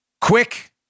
quick